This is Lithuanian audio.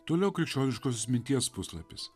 toliau krikščioniškos minties puslapis